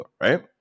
right